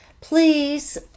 please